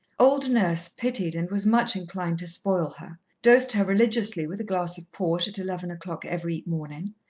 old nurse pitied and was much inclined to spoil her, dosed her religiously with a glass of port at eleven o'clock every morning,